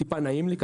טיפה נעים לי.